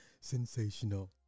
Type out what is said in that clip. sensational